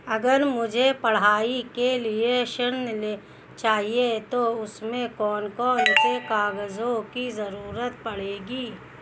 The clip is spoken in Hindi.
अगर मुझे पढ़ाई के लिए ऋण चाहिए तो उसमें कौन कौन से कागजों की जरूरत पड़ेगी?